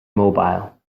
mobile